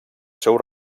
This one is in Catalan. seu